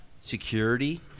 security